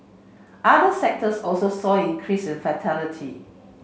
other sectors also saw an increase in fatality